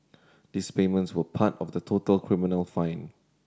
these payments were part of the total criminal fine